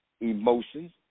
emotions